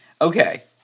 Okay